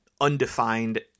undefined